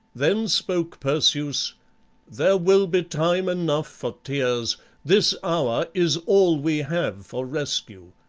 then spoke perseus there will be time enough for tears this hour is all we have for rescue.